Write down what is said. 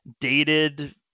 dated